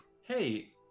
hey